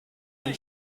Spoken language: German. ein